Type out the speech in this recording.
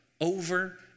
over